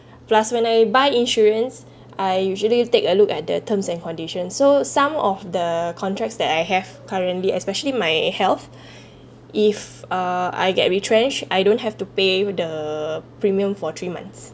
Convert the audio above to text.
plus when I buy insurance I usually take a look at the terms and condition so some of the contracts that I have currently especially my health if uh I get retrenched I don't have to pay the premium for three months